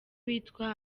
witwa